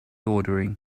ordering